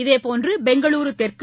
இதேபோன்று பெங்களுரு தெற்கு